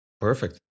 Perfect